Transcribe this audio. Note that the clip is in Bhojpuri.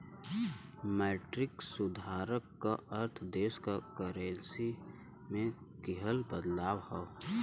मौद्रिक सुधार क अर्थ देश क करेंसी में किहल बदलाव हौ